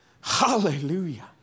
Hallelujah